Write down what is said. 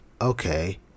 okay